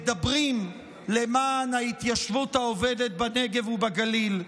מדברים למען ההתיישבות העובדת בנגב ובגליל.